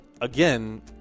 again